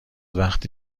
وقتی